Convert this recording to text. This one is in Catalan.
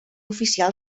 oficial